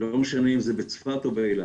ולא משנה אם זה בצפת או באילת.